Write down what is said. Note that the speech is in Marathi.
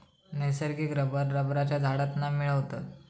नैसर्गिक रबर रबरच्या झाडांतना मिळवतत